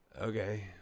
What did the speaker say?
Okay